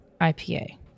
IPA